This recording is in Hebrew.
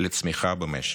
לצמיחה במשק.